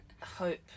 hope